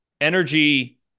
Energy